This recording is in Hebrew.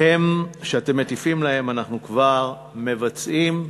אנחנו כבר מבצעים,